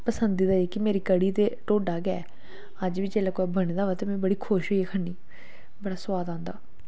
पसंदी दा जेहका मेरी कढ़ी ते ढोडा गै है अज्ज बी अगर बने दा होये ते में बड़ी खुश होई खनी बड़ा सुआद आंदा